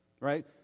right